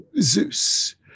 Zeus